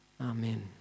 Amen